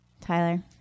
Tyler